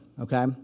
Okay